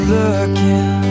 looking